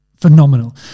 phenomenal